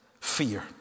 fear